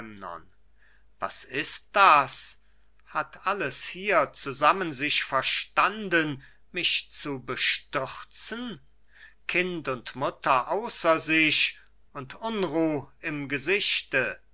was ist das hat alles hier zusammen sich verstanden mich zu bestürzen kind und mutter außer sich und unruh im gesichte